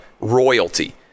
royalty